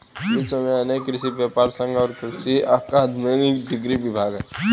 विश्व में अनेक कृषि व्यापर संघ और कृषि अकादमिक डिग्री विभाग है